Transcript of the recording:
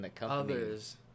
others